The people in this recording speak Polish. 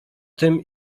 tym